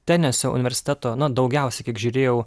tenesio universiteto na daugiausiai kiek žiūrėjau